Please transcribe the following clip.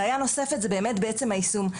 בעיה נוספת זה באמת בעצם היישום.